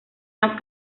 más